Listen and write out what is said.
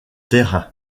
terrain